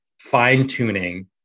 fine-tuning